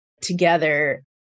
together